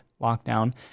lockdown